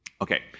okay